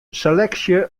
seleksje